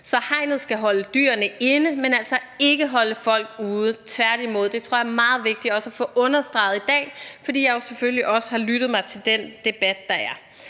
Så hegnet skal holde dyrene inde, men altså ikke holde folk ude, tværtimod. Det tror jeg er meget vigtigt at få understreget i dag, fordi jeg jo selvfølgelig også har lyttet til den debat, der er.